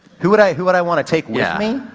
who would i, who would i want to take with me?